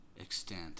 extent